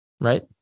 right